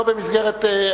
לא במסגרת,